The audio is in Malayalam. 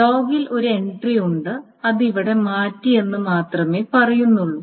ലോഗിൽ ഒരു എൻട്രി ഉണ്ട് അത് ഇവിടെ മാറ്റിയെന്ന് മാത്രമേ പറയുന്നുള്ളൂ